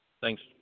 Thanks